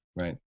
right